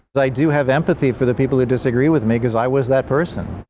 but i do have empathy for the people who disagree with me, because i was that person.